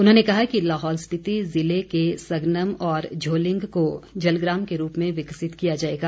उन्होंने कहा कि लाहौल स्पिति ज़िले के सगनम और झोलिंग को जलग्राम के रूप में विकसित किया जाएगा